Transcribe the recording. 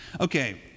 Okay